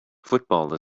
football